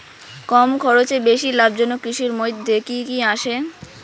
কম খরচে বেশি লাভজনক কৃষির মইধ্যে কি কি আসে?